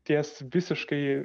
ties visiškai